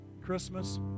Christmas